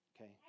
Okay